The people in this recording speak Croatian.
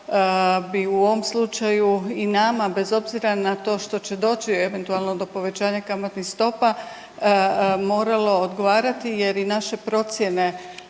bi u ovom slučaju i nama bez obzira na to što će doći eventualno do povećanja kamatnih stopa moralo odgovarati jer i naše procjene